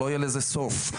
לא יהיה לזה סוף.